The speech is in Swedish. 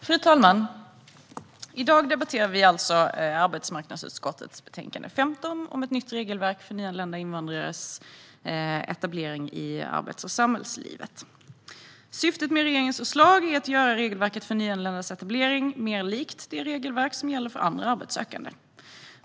Fru talman! I dag debatterar vi alltså arbetsmarknadsutskottets betänkande 15 Ett nytt regelverk för nyanlända invandrares etablering i arbets och samhällslivet . Syftet med regeringens förslag är att göra regelverket för nyanländas etablering mer likt det regelverk som gäller för andra arbetssökande.